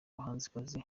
bahanzikazi